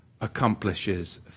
accomplishes